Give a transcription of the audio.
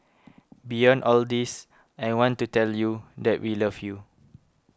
beyond all this I want to tell you that we love you